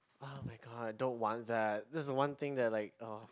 [oh]-my-god don't want that that's one thing that oh